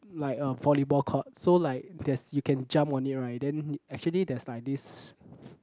like a volleyball court so like there's you can jump on it right then actually there's like this